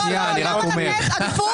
לא, לא לתת עדיפות לאופוזיציה.